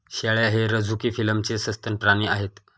शेळ्या हे रझुकी फिलमचे सस्तन प्राणी आहेत